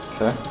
Okay